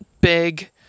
big